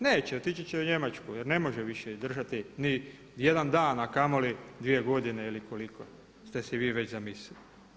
Neće, otići će u Njemačku jer ne može više izdržati ni jedan dan, a kamoli dvije godine ili koliko ste si vi već zamislili.